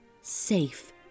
safe